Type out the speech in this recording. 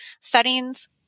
settings